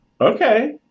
okay